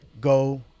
go